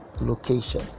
location